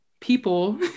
people